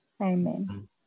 Amen